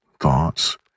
thoughts